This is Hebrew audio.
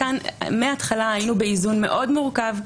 מהתחלה הינו באיזון מאוד מורכב.